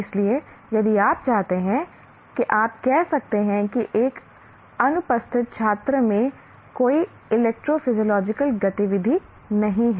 इसलिए यदि आप चाहते हैं कि आप कह सकते हैं कि एक अनुपस्थित छात्र में कोई इलेक्ट्रोफिजियोलॉजिकल गतिविधि नहीं है